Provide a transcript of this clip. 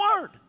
Word